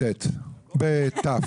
אני חייבת להגיד